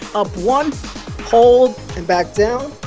up one hold and back down.